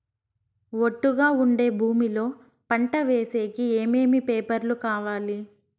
ఒట్టుగా ఉండే భూమి లో పంట వేసేకి ఏమేమి పేపర్లు కావాలి?